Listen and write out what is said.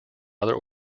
other